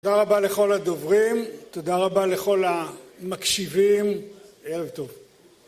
תודה רבה לכל הדוברים, תודה רבה לכל המקשיבים, ערב טוב